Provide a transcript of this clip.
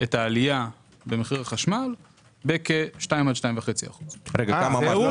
את העלייה במחיר החשמל בכ-2% עד 2.5%. זהו?